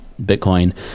Bitcoin